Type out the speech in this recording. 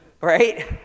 right